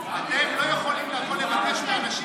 את לא יכולה להגיד,